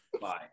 Bye